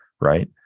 right